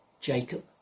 Jacob